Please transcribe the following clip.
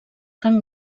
cant